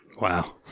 Wow